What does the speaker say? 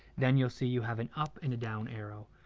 then you'll see you have an up and a down arrow.